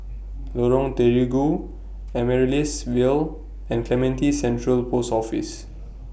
Lorong Terigu Amaryllis Ville and Clementi Central Post Office